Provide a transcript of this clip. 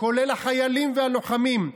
כולל החיילים והלוחמים,